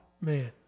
Man